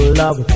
love